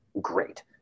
Great